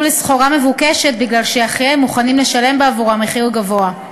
לסחורה מבוקשת מכיוון שאחיהם מוכנים לשלם בעבורם מחיר גבוה.